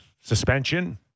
suspension